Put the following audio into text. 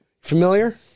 familiar